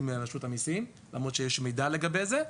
מרשות המיסים למרות שיש מידע לגבי זה.